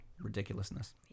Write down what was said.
ridiculousness